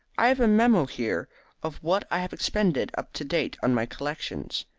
i have a memo. here of what i have expended up to date on my collection,